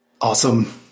awesome